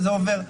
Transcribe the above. זה עובר.